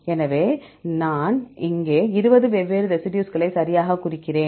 எனவே இங்கே நான் 20 வெவ்வேறு ரெசிடியூஸ்களை சரியாகக் குறிக்கிறேன்